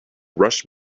rush